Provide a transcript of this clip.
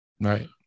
Right